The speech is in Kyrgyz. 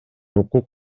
укук